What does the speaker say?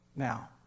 Now